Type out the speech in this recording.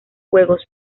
juegos